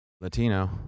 latino